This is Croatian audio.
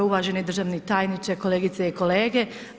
Uvaženi državni tajniče, kolegice i kolege.